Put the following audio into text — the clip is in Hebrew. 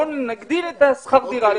בואו נגדיל את שכר הדירה לחודש.